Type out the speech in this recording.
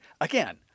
again